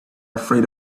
afraid